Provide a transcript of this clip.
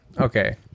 Okay